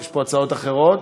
יש פה הצעות אחרות?